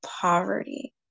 poverty